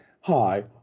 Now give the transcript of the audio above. hi